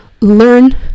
learn